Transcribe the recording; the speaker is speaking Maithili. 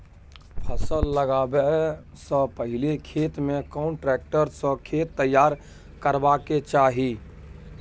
फसल लगाबै स पहिले खेत में कोन ट्रैक्टर स खेत तैयार करबा के चाही?